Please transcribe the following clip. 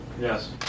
Yes